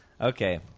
Okay